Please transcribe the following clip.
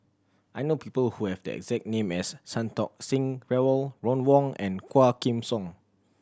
I know people who have the exact name as Santokh Singh Grewal Ron Wong and Quah Kim Song